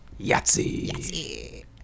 Yahtzee